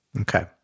Okay